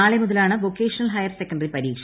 നാളെ മുതലാണ് vocational higher secondary പരീക്ഷ